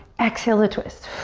exhale to twist.